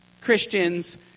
Christians